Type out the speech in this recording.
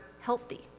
healthy